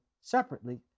separately